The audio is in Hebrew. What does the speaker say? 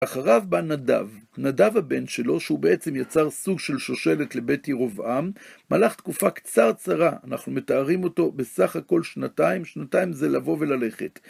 אחריו בא נדב, נדב הבן שלו, שהוא בעצם יצר סוג של שושלת לבית ירבעם, מלך תקופה קצרצרה, אנחנו מתארים אותו בסך הכול שנתיים, שנתיים זה לבוא וללכת.